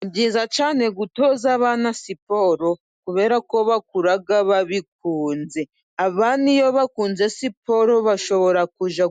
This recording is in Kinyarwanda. Ni byiza cyane gutoza abana siporo, kubera ko bakura babikunze, abana niyo bakunze siporo bashobora